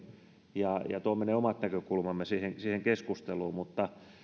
ja ja tuomme ne omat näkökulmamme siihen siihen keskusteluun mutta